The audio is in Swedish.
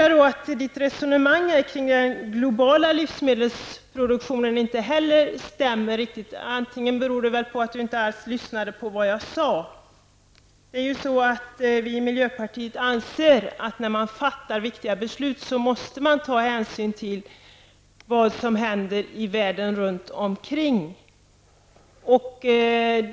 Annika Åhnbergs resonemang kring den globala livsmedelsproduktionen tycker jag inte heller stämmer riktigt. Det beror antagligen på att hon inte alls lyssnade på det jag sade. Vi i miljöpartiet anser att man måste ta hänsyn till det som händer i världen runt omkring när man fattar viktiga beslut.